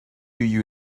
you